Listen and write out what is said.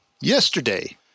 yesterday